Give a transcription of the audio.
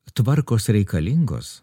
tvarkos reikalingos